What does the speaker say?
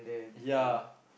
ya